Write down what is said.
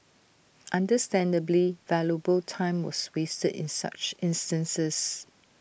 understandably valuable time was wasted in such instances